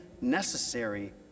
necessary